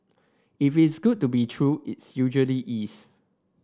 if it's good to be true its usually is